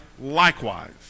likewise